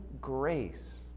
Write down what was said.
grace